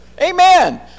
Amen